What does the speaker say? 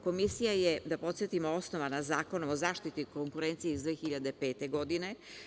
Komisija je, da podsetimo osnovana Zakonom o zaštiti konkurencije iz 2005. godine.